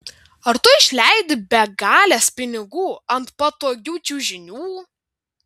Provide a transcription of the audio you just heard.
ar tu išleidi begales pinigų ant patogių čiužinių